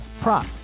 prop